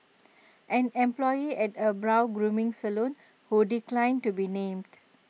an employee at A brow grooming salon who declined to be named